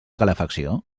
calefacció